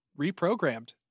reprogrammed